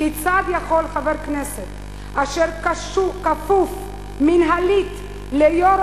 כיצד יכול חבר כנסת אשר כפוף מינהלית ליו"ר